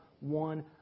one